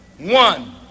one